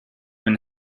been